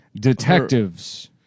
Detectives